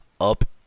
up